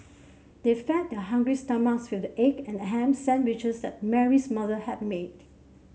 they fed their hungry stomachs with the egg and ham sandwiches that Mary's mother had made